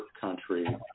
country